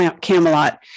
Camelot